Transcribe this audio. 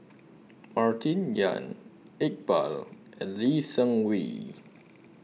Martin Yan Iqbal and Lee Seng Wee